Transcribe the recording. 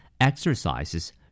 exercises